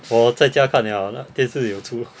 orh 我在家看了电视有出